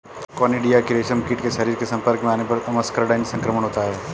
conidia के रेशमकीट के शरीर के संपर्क में आने पर मस्करडाइन संक्रमण होता है